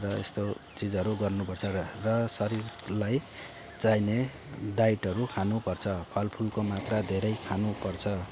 र यस्तो चिजहरू गर्नु पर्छ र शरीरलाई चाहिने डाइटहरू खानुपर्छ फल फुलको मात्रा धेरै खानुपर्छ